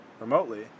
remotely